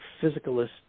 physicalist